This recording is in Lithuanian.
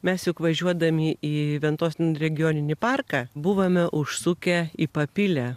mes juk važiuodami į ventos regioninį parką buvome užsukę į papilę